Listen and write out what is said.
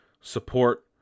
Support